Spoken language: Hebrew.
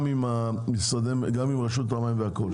גם עם רשות המים והכול,